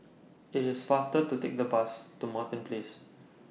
IT IS faster to Take The Bus to Martin Place